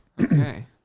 Okay